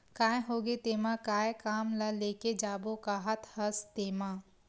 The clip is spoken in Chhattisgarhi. काय होगे तेमा काय काम ल लेके जाबो काहत हस तेंमा?